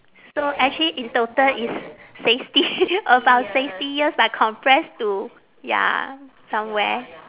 so actually in total it's sixty about sixty years but compress to ya somewhere